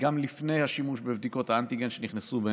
גם לפני השימוש בבדיקות האנטיגן, שנכנסו בהמשך.